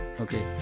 okay